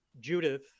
Judith